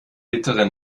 bittere